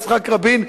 יצחק רבין,